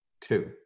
Two